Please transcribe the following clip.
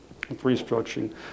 restructuring